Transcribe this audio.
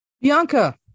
Bianca